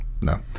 No